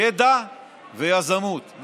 ידע ויזמות.